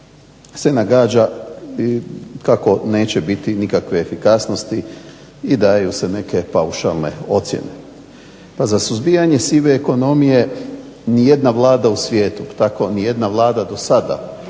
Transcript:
se nagađa kako neće biti nikakve efikasnosti i daju se neke paušalne ocjene. Pa za suzbijanje sive ekonomije nijedna Vlada u svijetu, tako nijedna Vlada dosada